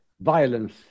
violence